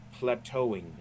plateauing